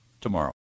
tomorrow